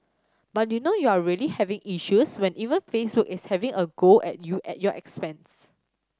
but you know you're really having issues when even Facebook is having a go at you at your expense